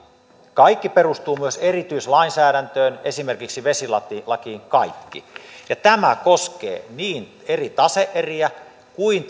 kaikki perustuu myös erityislainsäädäntöön esimerkiksi vesilakiin kaikki ja tämä koskee niin eri tase eriä kuin